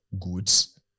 goods